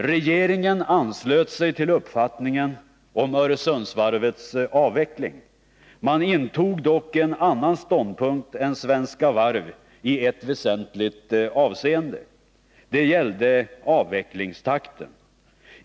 Regeringen anslöt sig till uppfattningen om Öresundsvarvets avveckling. Man intog dock en annan ståndpunkt än Svenska Varv i ett väsentligt avseende. Det gällde avvecklingstakten.